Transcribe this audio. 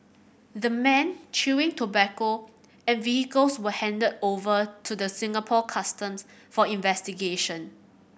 the men chewing tobacco and vehicles were handed over to the Singapore Customs for investigation